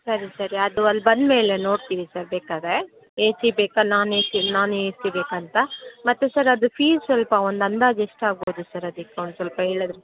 ಸರಿ ಸರಿ ಅದು ಅಲ್ಲಿ ಬಂದಮೇಲೆ ನೋಡ್ತೀವಿ ಸರ್ ಬೇಕಾದರೆ ಎ ಸಿ ಬೇಕಾ non A C non A C ಬೇಕಂತ ಮತ್ತು ಸರ್ ಅದು ಫೀಸ್ ಸ್ವಲ್ಪ ಒಂದು ಅಂದಾಜು ಎಷ್ಟಾಗ್ಬೋದು ಸರ್ ಅದಕ್ಕೆ ಒಂದು ಸ್ವಲ್ಪ ಹೇಳದ್ರೆ